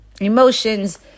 emotions